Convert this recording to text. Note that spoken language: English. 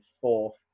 fourth